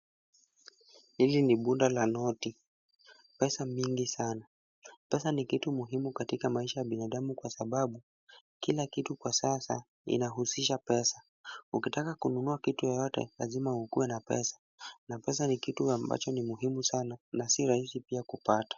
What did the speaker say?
Hili ni bunda la noti, pesa mingi sana. Pesa ni kitu muhimu katika maisha ya binadamu kwa sababu kila kitu kwa sasa inahusisha pesa. Ukitaka kununua kitu yoyote lazima ukuwe na pesa na pesa ni kitu ambacho ni muhimu sana na sio rahisi pia kupata.